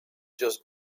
just